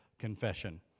Confession